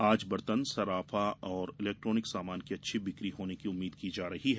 आज बर्तन सराफा और इलेक्ट्रानिक सामान की अच्छी बिकी होने की उम्मीद की जा रही है